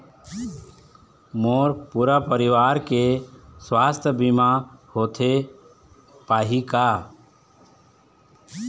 मोर पूरा परवार के सुवास्थ बीमा होथे पाही का?